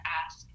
ask